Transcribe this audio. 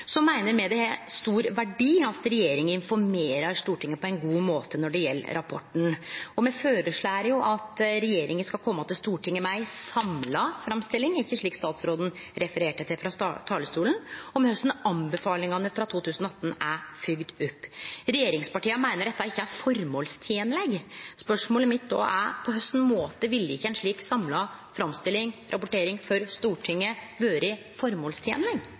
Så meiner me at det er av stor verdi at regjeringa informerer Stortinget på ein god måte når det gjeld rapporten, og me føreslår at regjeringa skal kome til Stortinget med ei samla framstilling, ikkje slik statsråden refererte til frå talarstolen, om korleis anbefalingane frå 2018 er fylgde opp. Regjeringspartia meiner at dette ikkje er føremålstenleg. Spørsmålet mitt er då: På kva måte vil ikkje ei slik samla framstilling eller rapportering til Stortinget